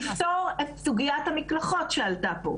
יפתור את סוגיית המקלחות שעלתה פה,